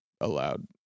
allowed